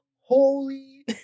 Holy